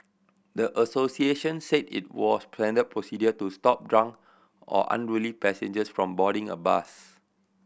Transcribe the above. the associations said it was planned up procedure to stop drunk or unruly passengers from boarding a bus